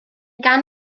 gan